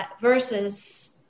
versus